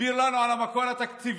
הסביר לנו על המקור התקציבי